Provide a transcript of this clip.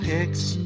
Picks